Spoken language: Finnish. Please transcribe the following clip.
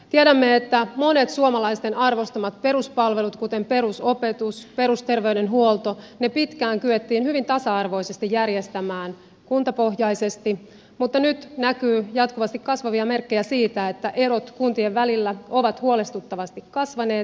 tiedämme että monet suomalaisten arvostamat peruspalvelut kuten perusopetus perusterveydenhuolto pitkään kyettiin hyvin tasa arvoisesti järjestämään kuntapohjaisesti mutta nyt näkyy jatkuvasti kasvavia merkkejä siitä että erot kuntien välillä ovat huolestuttavasti kasvaneet